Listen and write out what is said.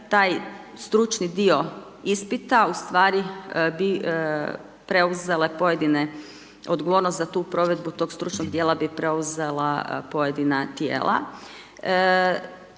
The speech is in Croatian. taj stručni dio ispita, ustvari bi preuzele pojedine odgovornosti za tu provedbu stručnog dijela, bi preuzela pojedina tijela.